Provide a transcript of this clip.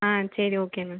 ஆ சரி okay ma'am